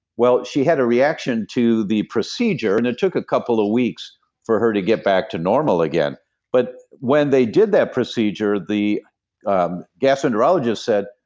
well, she had a reaction to the procedure, and it took a couple of weeks for her to get back to normal again but when they did that procedure, the um gastroenterologist said,